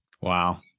Wow